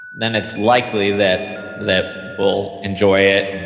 then it's likely that that we'll enjoy it,